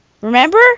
Remember